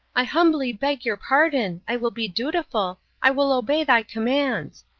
i humbly beg your pardon i will be dutiful i will obey thy commands.